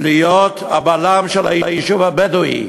להיות הבלם של היישוב הבדואי.